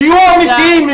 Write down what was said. תהיו אמיתיים.